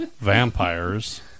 vampires